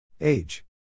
age